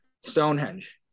Stonehenge